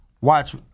Watch